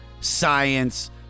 science